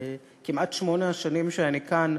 בכמעט שמונה השנים שאני כאן,